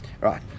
Right